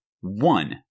one